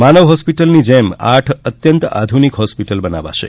માનવ હોસ્પિટલની જેમ આઠ અત્યંત આધુનિક હોસ્પીટલ બનાવાશે